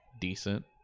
decent